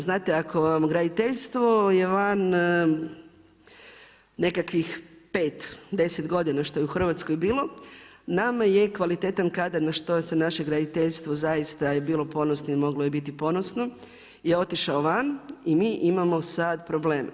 Znate, ako vam graditeljstvo je van nekakvih 5, 10 godina što je u Hrvatskoj bilo, nama je kvalitetan kadar, na što se naše graditeljstvo, zaista je bilo ponosno i moglo je biti ponosno, je otišao van i mi imamo sad problem.